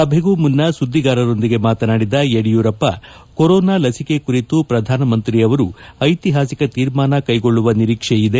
ಸಭೆಗೂ ಮುನ್ನ ಸುದ್ದಿಗಾರರ ಜತೆ ಮಾತನಾಡಿದ ಯಡಿಯೂರಪ್ಪ ಕೊರೋನಾ ಲಸಿಕೆ ಕುರಿತು ಪ್ರಧಾನಮಂತ್ರಿ ಅವರು ಐತಿಹಾಸಿಕ ತೀರ್ಮಾನ ಕೈಗೊಳ್ಳುವ ನಿರೀಕ್ಷೆಯಿದೆ